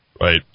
Right